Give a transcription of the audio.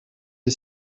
est